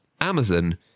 amazon